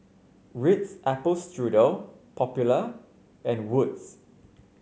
Ritz Apple Strudel Popular and Wood's